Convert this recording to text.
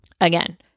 again